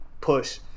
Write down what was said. Push